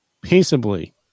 peaceably